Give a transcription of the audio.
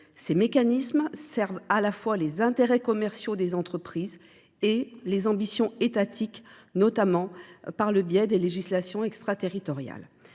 Ces mécanismes servent à la fois les intérêts commerciaux de diverses entreprises et certaines ambitions étatiques, notamment par le biais des législations extraterritoriales.